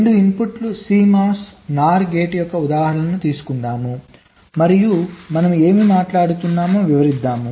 2 input CMOS NOR gate యొక్క ఉదాహరణను తీసుకుందాం మరియు మనం ఏమి మాట్లాడుతున్నామో వివరిద్దాం